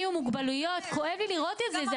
עם מוגבלויות וכואב לי לראות את זה.